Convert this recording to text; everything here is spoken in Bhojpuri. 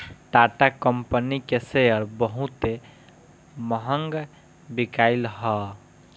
टाटा कंपनी के शेयर बहुते महंग बिकाईल हअ